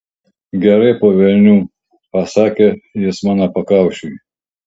gerai po velnių pasakė jis mano pakaušiui